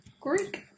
Greek